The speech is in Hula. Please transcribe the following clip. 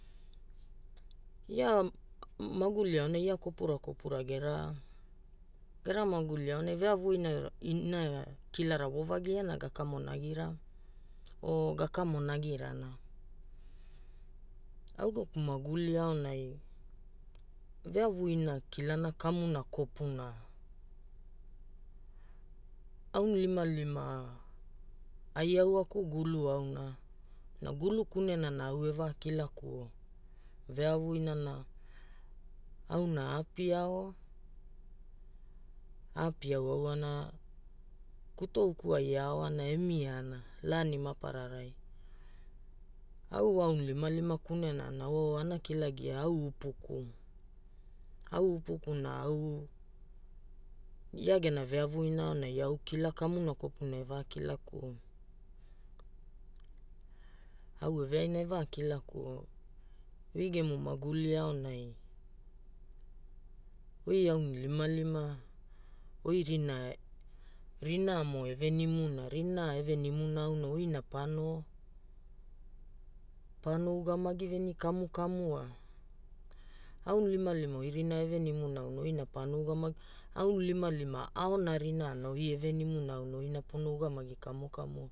Ia, maguli aonai ia kopura kopura gera, gera maguli aonai veavu ina inara kilara or gakamonagirana. Au geku maguli aonai veavu ina kilana kamuna kopuna aulimalima ai au gakulu auna, na gulu kunena au evaa kilaku veavu inana auna apiao, aapi auauana, kutoukuai aoana emia na laani mapararai. Au wa aulimalima kunena na oo ana kilagia au upuku, Au upukuna au ia gena veavu ina aonai kila kamuna kopuna eva kilakuo, au eve aina evaa kilakuo, oi gemu maguli aonai, oi aulimalima, oi rinaa rinaamo evenimuna rinaa evenimuna auna oina ppaano, paano ugamagi veni kaukamua. Aulimalima oi rinaa evenimu auna oina paano ugunagia aulimalima aona rinaana oi evenimura auna oina pono ugamagi kamukamua